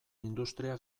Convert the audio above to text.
industria